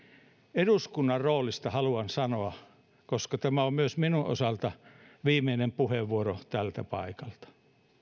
eduskunnan roolista haluan sanoa koska tämä on myös minun osaltani viimeinen puheenvuoro tältä paikalta